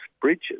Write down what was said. bridges